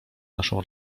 naszą